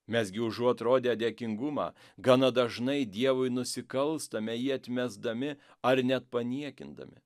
mes gi užuot rodę dėkingumą gana dažnai dievui nusikalstame jį atmesdami ar net paniekindami